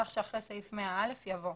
כך שאחרי סעיף 100א יבוא: